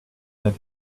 that